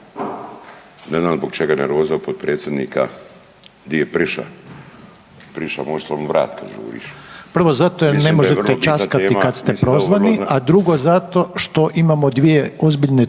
ne znam zbog čega nervoza potpredsjednika. Di je priša? … /ne razumije se/… **Reiner, Željko (HDZ)** Prvo zato jer ne možete časkati kada ste prozvani, a drugo zato što imamo dvije ozbiljne